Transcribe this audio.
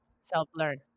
self-learn